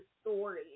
story